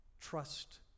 Trust